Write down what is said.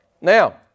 Now